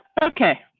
okay,